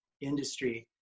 industry